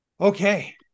okay